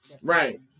Right